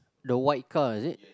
the white car is it